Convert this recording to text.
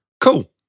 cool